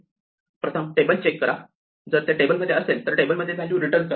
प्रथम table check करा जर ते टेबलमध्ये असेल तर टेबल मधील व्हॅल्यू रिटर्न करा